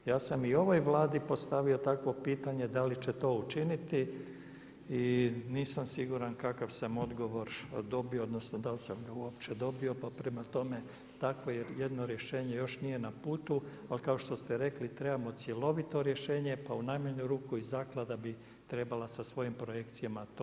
Ja sam i ovoj Vladi postavio takvo pitanje da li će to učiniti i nisam siguran kakav sam odgovor dobio, odnosno da li sam ga uopće dobio, pa prema tome, takvo jedno rješenje još nije na putu, ali kao što ste rekli trebamo cjelovito rješenje, pa u najmanju ruku i Zaklada bi trebala sa svojim projekcijama to predložiti.